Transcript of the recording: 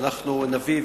שאנחנו נביא,